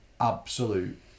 absolute